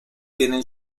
tienen